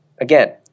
again